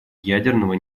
ядерного